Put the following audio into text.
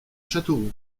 châteauroux